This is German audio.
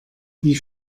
wie